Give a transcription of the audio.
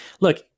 Look